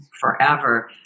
forever